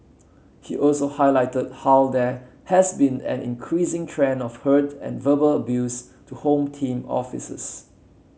he also highlighted how there has been an increasing trend of hurt and verbal abuse to Home Team officers